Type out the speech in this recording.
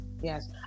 yes